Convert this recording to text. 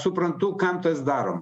suprantu kam tas daroma